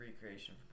recreation